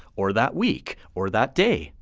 or that week, or that day.